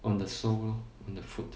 on the sole lor on the foot